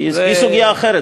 כי היא סוגיה אחרת,